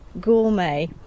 gourmet